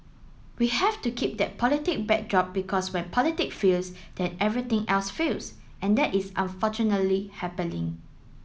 we have to keep that politic backdrop because when politic fails then everything else fails and that is unfortunately happening